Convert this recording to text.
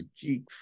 geek